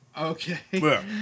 Okay